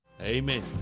Amen